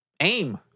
AIM